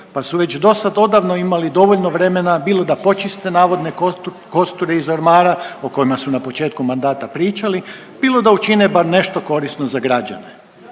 pa su već do sad odavno imali dovoljno vremena bilo da počiste navodne kosture iz ormara o kojima su na početku mandata pričali, bilo da učine nešto korisno za građane.